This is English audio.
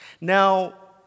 Now